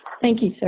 thank you, sir.